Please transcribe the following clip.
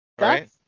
Right